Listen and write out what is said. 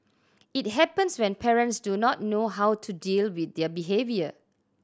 it happens when parents do not know how to deal with their behaviour